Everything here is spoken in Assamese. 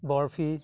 বৰফি